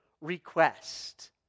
request